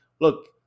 Look